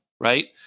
right